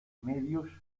medios